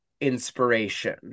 inspiration